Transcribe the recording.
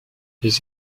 les